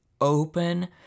open